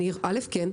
כן.